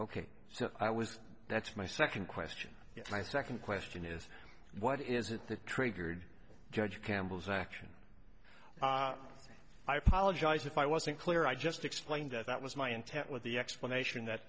ok so i was that's my second question it's my second question is what is it that triggered judge campbell's action i apologize if i wasn't clear i just explained that that was my intent with the explanation that